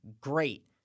great